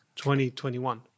2021